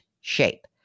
shape